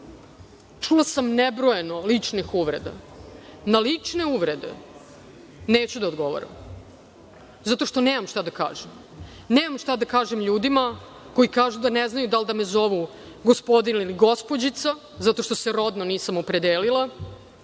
čula sam nebrojano ličnih uvreda. Na lične uvrede neću da odgovaram zato što nemam šta da kažem. Nemam šta da kažem ljudima koji kažu da ne znaju da li da me zovu gospodin ili gospođica zato što se rodno nisam opredelila.